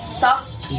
soft